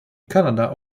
canada